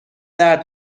درد